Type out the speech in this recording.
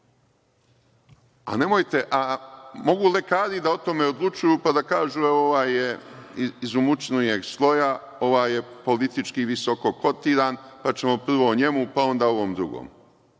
A, nemojte, a mogu lekari o tome da odlučuju, pa da kažu – evo, ovaj je iz imućnijeg sloja, ovaj je politički visoko kotiran, pa ćemo prvo njemu, pa onda ovom drugom.